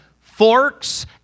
forks